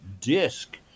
disc